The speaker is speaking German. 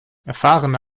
erfahrene